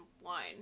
wine